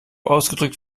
ausgedrückt